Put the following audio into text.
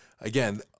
again